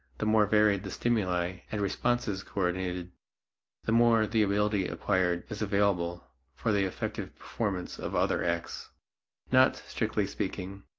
the more varied the stimuli and responses coordinated the more the ability acquired is available for the effective performance of other acts not, strictly speaking,